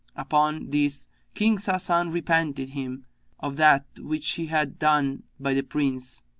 upon this king sasan repented him of that which he had done by the prince